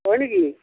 হয় নেকি